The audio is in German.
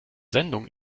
sendung